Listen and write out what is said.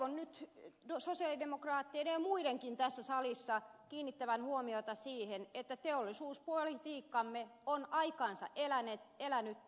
toivon nyt sosialidemokraattien ja muidenkin tässä salissa kiinnittävän huomiota siihen että teollisuuspolitiikkamme on aikansa elänyttä